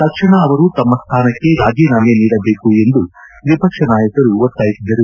ತಕ್ಷಣ ಅವರು ತಮ್ಮ ಸ್ಥಾನಕ್ಕೆ ರಾಜೀನಾಮೆ ನೀಡಬೇಕು ಎಂದು ವಿಪಕ್ಷ ನಾಯಕರು ಒತ್ತಾಯಿಸಿದರು